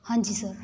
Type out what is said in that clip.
ਹਾਂਜੀ ਸਰ